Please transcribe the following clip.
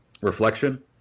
reflection